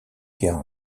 guerres